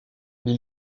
mais